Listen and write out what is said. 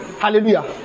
hallelujah